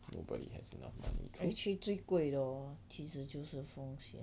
nobody has enough money